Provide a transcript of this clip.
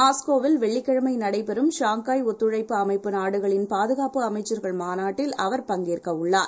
மாஸ்கோவில்வெள்ளிக்கிழமைநடைபெறும்ஷாங்காய்ஒத்துழைப்புஅமைப்புநாடுக ளின்பாதுகாப்புஅமைச்சர்கள்மாநாட்டில்அவர்பங்கேற்கவுள்ளார்